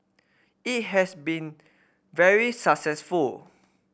it has been very successful